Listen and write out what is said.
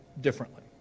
differently